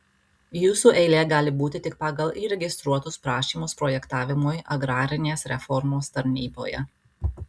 jūsų eilė gali būti tik pagal įregistruotus prašymus projektavimui agrarinės reformos tarnyboje